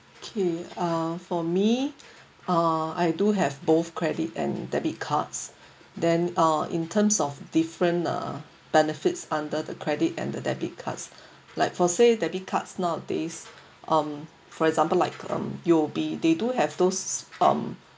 okay ah for me ah I do have both credit and debit cards then ah in terms of different uh benefits under the credit and the debit cards like for say debit cards nowadays um for example like um you'll be they do have those um